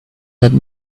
that